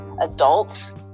adults